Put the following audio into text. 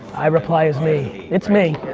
i reply as me. it's me,